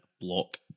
block